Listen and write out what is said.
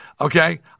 Okay